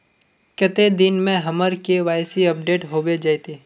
कते दिन में हमर के.वाई.सी अपडेट होबे जयते?